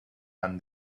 and